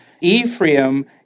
Ephraim